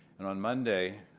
and on monday,